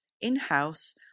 in-house